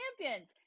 Champions